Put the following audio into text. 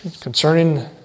concerning